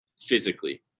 physically